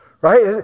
right